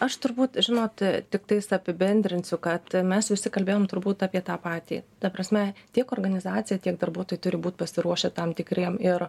aš turbūt žinot tiktais apibendrinsiu kad mes visi kalbėjom turbūt apie tą patį ta prasme tiek organizacija tiek darbuotojai turi būt pasiruošę tam tikriem ir